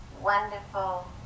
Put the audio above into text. wonderful